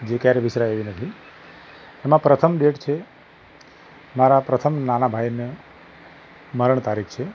જે ક્યારેય વિસરાય એવી નથી એમાં પ્રથમ ડેટ છે મારા પ્રથમ નાના ભાઈને મરણ તારીખ છે